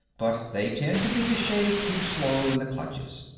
but they tend to be a shade too slow in the clutches.